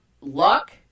luck